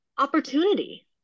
opportunity